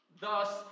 Thus